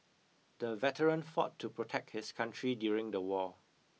the veteran fought to protect his country during the war